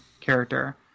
character